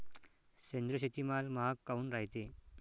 सेंद्रिय शेतीमाल महाग काऊन रायते?